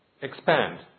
expand